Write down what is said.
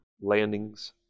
landings